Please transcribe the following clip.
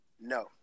No